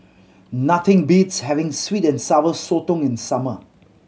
nothing beats having sweet and Sour Sotong in summer